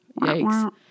Yikes